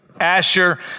Asher